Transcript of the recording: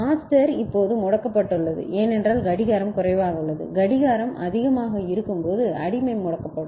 master இப்போது முடக்கப்பட்டுள்ளது ஏனென்றால் கடிகாரம் குறைவாக உள்ளது கடிகாரம் அதிகமாக இருக்கும்போது அடிமை முடக்கப்படும்